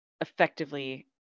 effectively